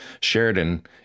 Sheridan